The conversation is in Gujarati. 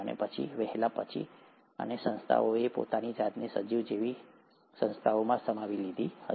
અને પછી વહેલા કે પછી આ સંસ્થાઓએ પોતાની જાતને સજીવ જેવી સંસ્થાઓમાં સમાવી લીધી હશે